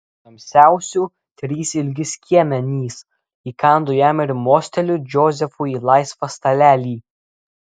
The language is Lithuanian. tamsiausių trys ilgi skiemenys įkandu jam ir mosteliu džozefui į laisvą stalelį